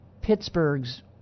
Pittsburgh's